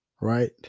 right